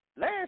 Last